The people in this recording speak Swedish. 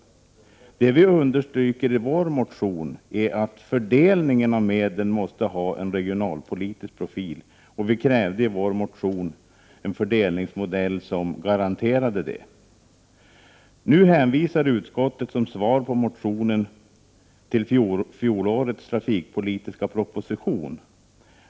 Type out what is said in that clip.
Vi understryker i vår motion att fördelningen av medlen måste ha en regionalpolitisk profil. Vi kräver en fördelningsmodell som garanterar detta. Utskottet hänvisar ju som svar på motionen till fjolårets trafikpolitiska proposition.